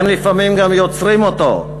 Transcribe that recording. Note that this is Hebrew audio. הם לפעמים גם יוצרים אותו.